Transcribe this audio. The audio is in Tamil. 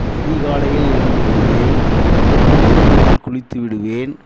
அதிகாலையில் எழுந்து விடுவேன் குளிர் நீரில் குளித்து விடுவேன்